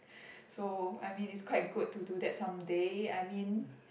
so I mean it's quite good to do that some day I mean